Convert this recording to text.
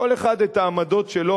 כל אחד את העמדות שלו.